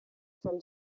from